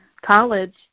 college